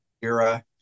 era